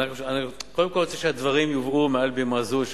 אני רוצה שהדברים יובאו מעל בימה זו,